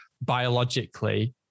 biologically